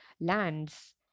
lands